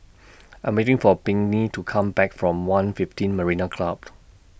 I'm waiting For Pinkney to Come Back from one fifteen Marina Club